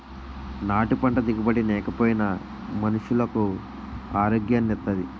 నాటు పంట దిగుబడి నేకపోయినా మనుసులకు ఆరోగ్యాన్ని ఇత్తాది